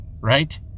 right